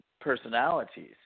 personalities